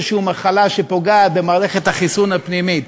איזושהי מחלה שפוגעת במערכת החיסון הפנימית,